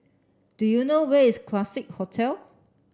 do you know where is Classique Hotel